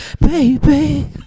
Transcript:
baby